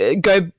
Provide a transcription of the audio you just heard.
go